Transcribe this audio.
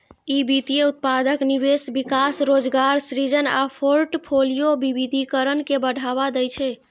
ई वित्तीय उत्पादक निवेश, विकास, रोजगार सृजन आ फोर्टफोलियो विविधीकरण के बढ़ावा दै छै